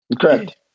correct